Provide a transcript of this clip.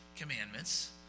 commandments